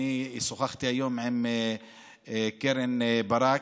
ששוחחתי היום עם קרן ברק,